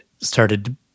started